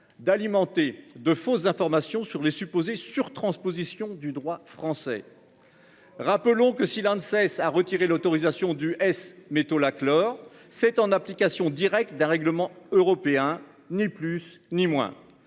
d'alimenter de fausses informations sur les supposées sur- transposition du droit français. Rappelons que si ne cesse à retirer l'autorisation du S-métolachlore. C'est en application directe d'un règlement européen ni plus ni moins.